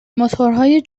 موتورهای